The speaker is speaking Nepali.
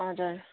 हजुर